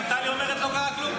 גם טלי אומרת "לא קרה כלום".